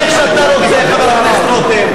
איך שאתה רוצה, חבר הכנסת רותם.